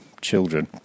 children